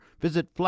visit